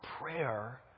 prayer